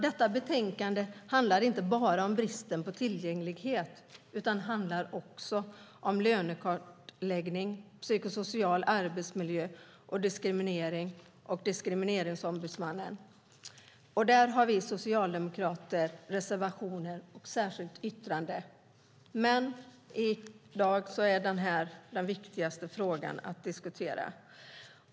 Detta betänkande handlar inte bara om bristen på tillgänglighet, utan det handlar också om lönekartläggning, psykosocial arbetsmiljö och diskriminering samt om Diskrimineringsombudsmannen. Där har vi socialdemokrater reservationer och ett särskilt yttrande. Men i dag är det här den viktigaste frågan att diskutera.